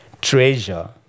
treasure